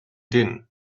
din